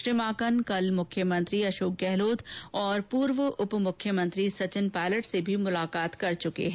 श्री माकन कल मुख्यमंत्री मुख्यमंत्री अशोक गहलोत और पूर्व उप मुख्यमंत्री सचिन पायलट से भी मुलाकात कर चुके है